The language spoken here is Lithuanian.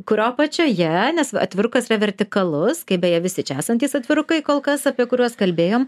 kurio apačioje nes atvirukas yra vertikalus kaip beje visi čia esantys atvirukai kol kas apie kuriuos kalbėjom